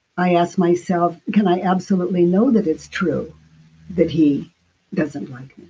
i ask myself, can i absolutely know that it's true that he doesn't like